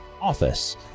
office